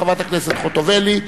חברת הכנסת חוטובלי.